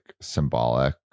symbolic